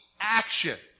action